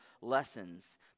lessons